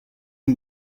can